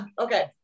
okay